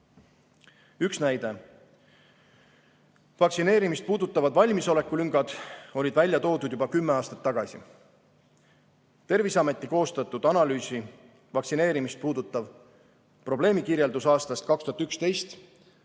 Üks näide: vaktsineerimist puudutavad valmisolekulüngad olid välja toodud juba kümme aastat tagasi. Terviseameti koostatud analüüsi vaktsineerimist puudutav probleemikirjeldus aastast 2011